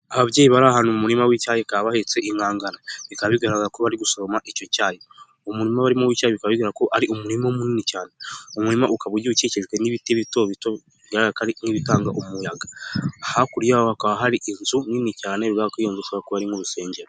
Ababyeyi bari ahantu mu umu murima w'icyayi, bakaba bahetse inkangara, bikaba bigaragara ko bari gusoroma icyo cyayi umurima urimo icyo cyayi bikaba bigaragara ko ari umurima munini cyane. Umurima ukaba ugiye ukijwe n'ibiti bito bigaragara ko bitanga umuyaga. Hakurya hakaba hari inzu nini cyane bigaragara ko ari urusengero.